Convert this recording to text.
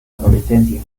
adolescencia